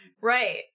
Right